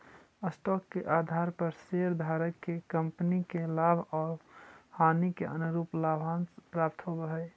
stock के आधार पर शेयरधारक के कंपनी के लाभ आउ हानि के अनुरूप लाभांश प्राप्त होवऽ हई